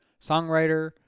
songwriter